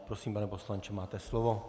Prosím, pane poslanče, máte slovo.